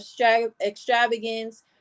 extravagance